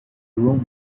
room